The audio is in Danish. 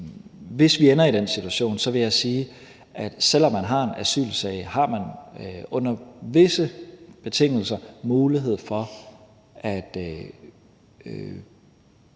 Hvis vi ender i den situation, så vil jeg sige, at selv om man har en asylsag, har man under visse betingelser mulighed for at